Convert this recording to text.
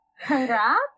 Congrats